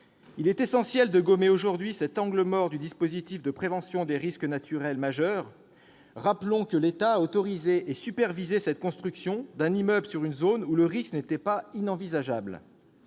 Il est essentiel de gommer aujourd'hui cet angle mort du dispositif de prévention des risques naturels majeurs. Rappelons que l'État a autorisé et supervisé la construction d'un immeuble sur une zone où le risque n'était pas inenvisageable.